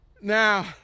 Now